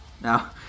Now